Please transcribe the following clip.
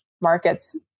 markets